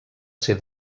ser